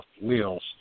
wheels